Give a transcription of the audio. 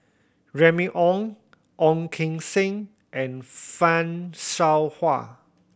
Remy Ong Ong Keng Sen and Fan Shao Hua